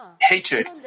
hatred